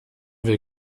will